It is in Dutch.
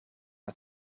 het